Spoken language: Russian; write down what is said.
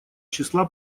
числа